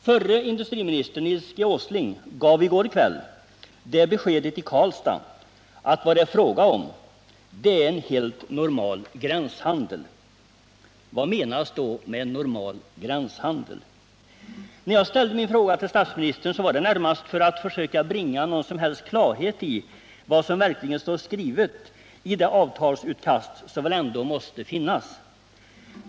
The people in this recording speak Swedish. Förre industriministern Nils G. Åsling gav i går kväll det beskedet i Karlstad att vad det är fråga om är en helt normal gränshandel. Vad menas då med en normal gränshandel? När jag ställde min fråga till statsministern var det närmast för att försöka bringa någon klarhet i vad som verkligen står skrivet i det avtalsutkast som väl ändå måste finnas.